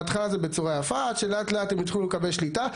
בהתחלה זה בצורה יפה עד שלאט-לאט הם התחילו לקבל שליטה.